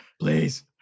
please